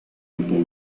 grupo